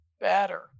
better